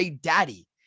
daddy